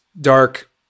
dark